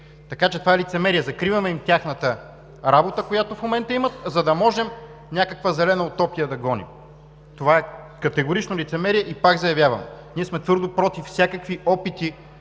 Така че, това е лицемерие. Закриваме им тяхната работа, която в момента имат, за да можем някаква зелена утопия да гоним. Това е категорично лицемерие. И пак заявявам, ние сме твърдо „против“ всякакви опити